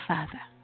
Father